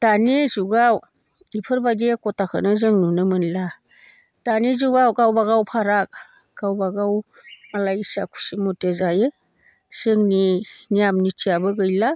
दानि जुगाव बेफोरबादि एक'ताखौनो जों नुनो मोनला दानि जुगाव गावबा गाव फाराग गावबा गाव मालाय इस्सा खुसि मते जायो जोंनि नियम नितियाबो गैला